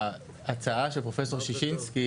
ההצעה של פרופסור ששינסקי